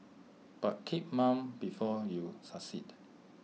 but keep mum before you succeed